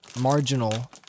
marginal